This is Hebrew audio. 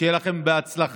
שיהיה לכם בהצלחה.